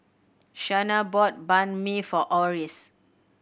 Shana bought Banh Mi for Oris